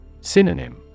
Synonym